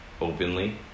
openly